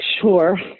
sure